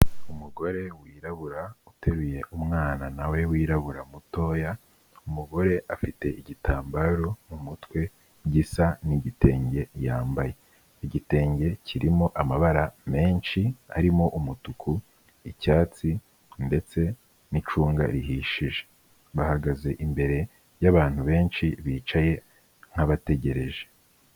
Umugore wirabura, uteruye umwana na we wirabura mutoya, umugore afite igitambaro mu mutwe gisa n'igitenge yambaye, igitenge kirimo amabara menshi, arimo umutuku, icyatsi ndetse n'icunga rihishije, bahagaze imbere y'abantu benshi bicaye nk'abategereje.